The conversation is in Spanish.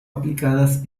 aplicadas